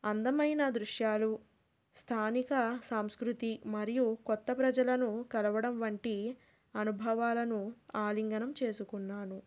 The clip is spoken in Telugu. అందమైన దృశ్యాలు స్థానిక సాంస్కృతి మరియు కొత్త ప్రజలను కలవడం వంటి అనుభవాలను ఆలింగనం చేసుకున్నాను